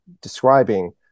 describing